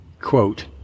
quote